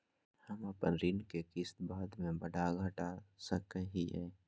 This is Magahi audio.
हम अपन ऋण के किस्त बाद में बढ़ा घटा सकई हियइ?